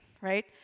right